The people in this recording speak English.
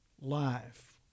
life